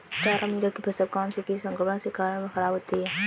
तारामीरा की फसल कौनसे कीट संक्रमण के कारण खराब होती है?